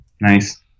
Nice